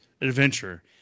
adventure